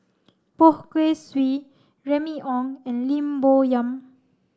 Poh Kay Swee Remy Ong and Lim Bo Yam